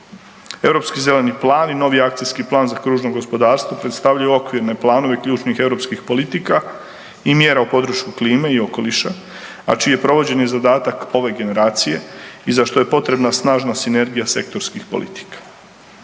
Europski zeleni plan i novi Akcijski plan za kružno gospodarstvo predstavljaju okvirne planove ključnih europskih politika i mjera u području klime i okoliša, a čije je provođenje i zadatak ove generacije i za što je potrebna snažna sinergija sektorskih politika.